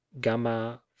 gamma